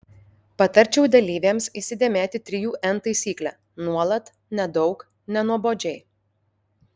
patarčiau dalyvėms įsidėmėti trijų n taisyklę nuolat nedaug nenuobodžiai